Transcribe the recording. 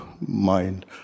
mind